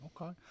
Okay